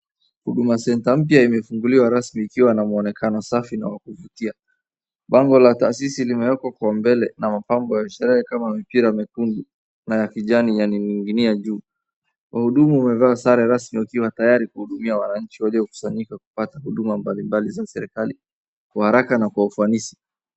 Huduma centre mpya imefunguliwa rasmi ikiwa na mwonekano safi na wa kuvutia. Bango la taasisi limelekwa kwa mbele na mapambo ya sherehe kama mipira, mekundu na ya kijani yananing'inia juu. Wahuduma wamevaa sare rasmi wakiwa tayari kuhudumia wananchi waliokusanyika kupata huduma mbalimbali za serikali kwa haraka na kwa ufanisi.